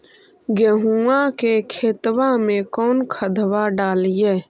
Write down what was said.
गेहुआ के खेतवा में कौन खदबा डालिए?